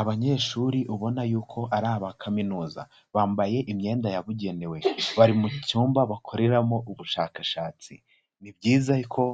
Abanyeshuri ubona yuko ari aba kaminuza. Bambaye imyenda yabugenewe. Bari mu cyumba bakoreramo ubushakashatsi. Ni byiza ko